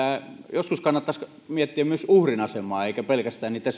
joskus kannattaisi miettiä myös uhrin asemaa eikä pelkästään niitä